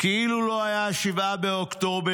כאילו לא היה 7 באוקטובר,